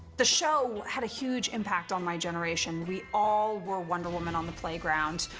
the show had a huge impact on my generation. we all were wonder woman on the playground.